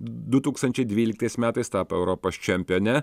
du tūkstančiai dvyliktais metais tapo europos čempione